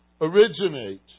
originate